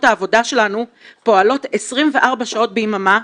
העבודה שלנו פועלות 24 שעות ביממה,